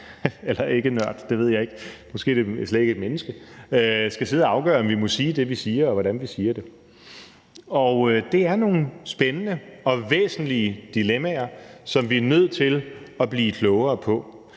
eller ikke nørd, det ved jeg ikke, måske er det slet ikke et menneske – skal sidde og afgøre, om vi må sige det, vi siger, og hvordan vi siger det. Det er nogle spændende og væsentlige dilemmaer, som vi er nødt til at blive klogere på.